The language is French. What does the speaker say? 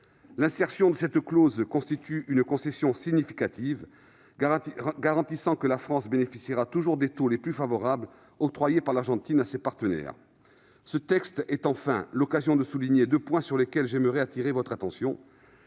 L'insertion de cette clause constitue une concession significative, garantissant que la France bénéficiera toujours des taux les plus favorables octroyés par l'Argentine à ses partenaires. Ce texte est enfin l'occasion de souligner deux points sur lesquels je souhaite appeler votre attention.